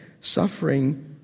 suffering